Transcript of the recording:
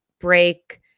break